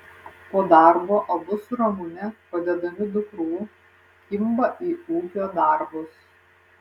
po darbo abu su ramune padedami dukrų kimba į ūkio darbus